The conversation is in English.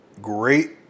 great